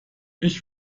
ich